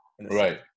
Right